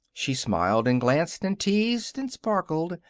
she smiled and glanced and teased and sparkled.